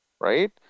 right